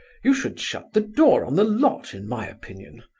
you should shut the door um the lot, in my opinion.